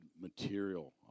material